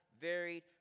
varied